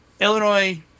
Illinois